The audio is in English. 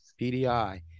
PDI